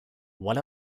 what